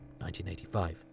1985